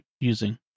using